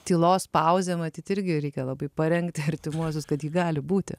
tylos pauzė matyt irgi reikia labai parengti artimuosius kad ji gali būti